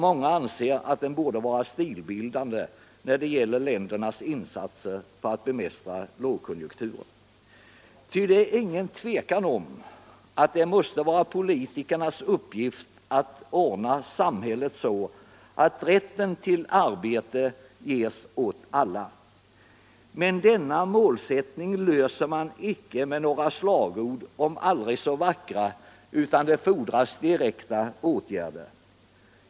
Många anser att den borde vara stilbildande när det gäller ländernas insatser för att bemästra lågkonjunkturen, ty det är ingen tvekan om att det måste vara politikernas uppgift att ordna samhället så att rätt till arbete ges åt alla. Men denna målsättning uppnår man icke med några slagord om än aldrig så vackra, utan det fordras direkta åtgärder.